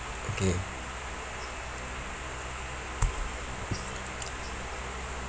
okay